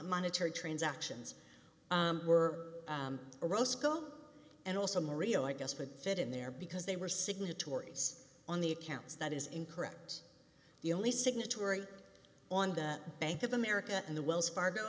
monetary transactions were rosko and also maria i guess would fit in there because they were signatories on the accounts that is incorrect the only signatory on the bank of america and the wells fargo